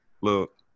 look